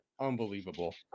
Unbelievable